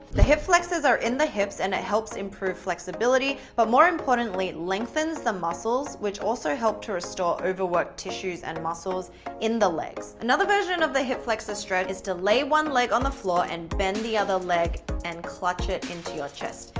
the hip flexors are in the hips and it helps improve flexibility but more importantly lengthens the muscles which also help to restore overworked tissues and muscles in the legs. another version of the hip flexor stretch is to lay one leg on the floor and bend the other leg and clutch it into your chest,